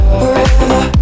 forever